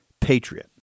Patriot